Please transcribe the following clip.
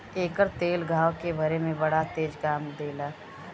एकर तेल घाव के भरे में बड़ा तेज काम देला